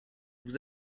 vous